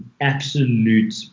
absolute